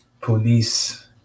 police